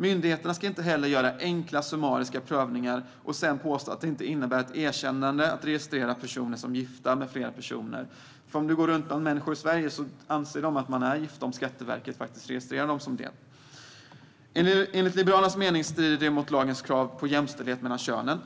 Myndigheterna ska inte heller göra enkla summariska prövningar och sedan påstå att det inte innebär ett erkännande att registrera människor som gifta med flera personer. Människor i Sverige anser att man är gift om man hos Skatteverket är registrerad som gift. Enligt Liberalernas mening strider detta mot lagens krav på jämställdhet mellan könen.